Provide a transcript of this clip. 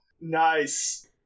Nice